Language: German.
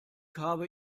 habe